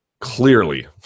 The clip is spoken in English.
clearly